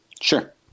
Sure